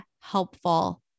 helpful